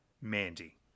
mandy